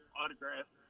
autograph